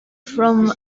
from